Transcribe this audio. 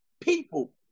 people